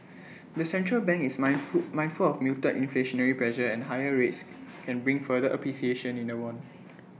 the central bank is mind food mindful of muted inflationary pressure and higher rates can bring further appreciation in the won